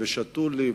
ושתו לי,